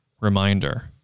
reminder